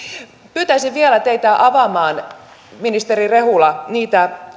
pyytäisin vielä teitä avaamaan ministeri rehula niitä